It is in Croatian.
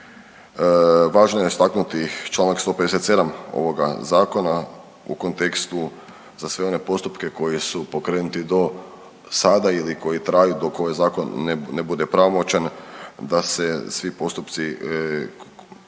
Važno je istaknuti Članak 157. ovoga zakona u kontekstu za sve one postupke koji su pokrenuti do sada ili koji traju dok ovaj zakon ne bude pravomoćan da se svi postupci